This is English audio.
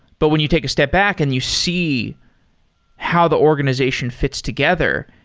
but when you take a step back and you see how the organization fits together,